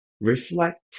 reflect